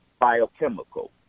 biochemical